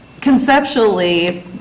conceptually